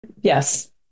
Yes